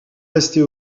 restée